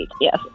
Yes